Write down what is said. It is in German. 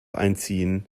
einziehen